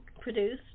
produced